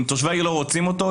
אם תושבי העיר לא רוצים אותו,